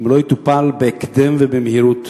אם לא יטופל בהקדם ובמהירות.